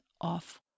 off